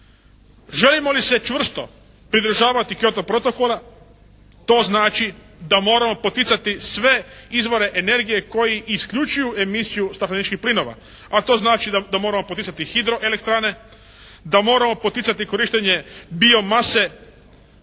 Želimo li se čvrsto pridržavati Kyoto protokola to znači da moramo poticati sve izvore energije koji isključuju emisiju stakleničkih plinova, a to znači da moramo poticati hidro elektrane, da moramo poticati korištenje bio mase,